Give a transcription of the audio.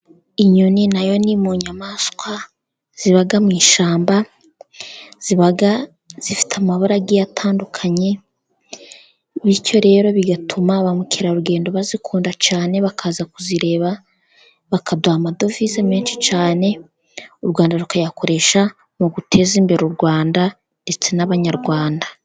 Inyoni nayo ni mu nyamaswa ziba mu ishyamba, ziba zifite amabara agiye atandukanye bityo rero bigatuma ba mukerarugendo bazikunda cyane, bakaza kuzireba bakaduha amadovize menshi cyane, u Rwanda rukayakoresha mu guteza imbere u Rwanda, ndetse n'abanyarwanda.